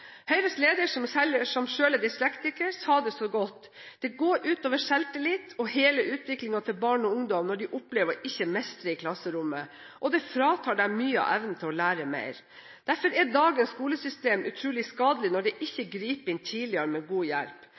Høyres leder, som selv er dyslektiker, sa det så godt: Det går ut over selvtillit og hele utviklingen til barn og ungdom når de opplever ikke å mestre i klasserommet, og det fratar dem mye av evnen til å lære mer. Derfor er dagens skolesystem utrolig skadelig når det ikke gripes inn tidligere med god hjelp.